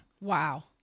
Wow